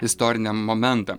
istoriniem momentam